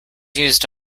used